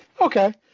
Okay